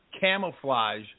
camouflage